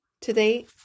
today